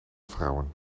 vrouwen